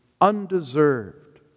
undeserved